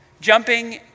jumping